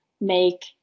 make